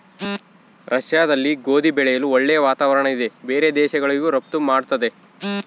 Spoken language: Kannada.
ರಷ್ಯಾದಲ್ಲಿ ಗೋಧಿ ಬೆಳೆಯಲು ಒಳ್ಳೆ ವಾತಾವರಣ ಇದೆ ಬೇರೆ ದೇಶಗಳಿಗೂ ರಫ್ತು ಮಾಡ್ತದೆ